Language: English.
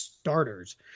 starters